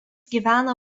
gyvena